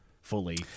fully